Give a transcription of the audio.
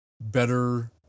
better